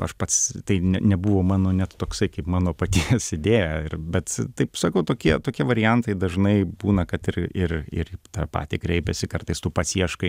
aš pats tai ne nebuvo mano net toksai kaip mano paties idėja ir bet taip sakau tokie tokie variantai dažnai būna kad ir ir ir į tave patį kreipiasi kartais tu pats ieškai